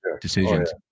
decisions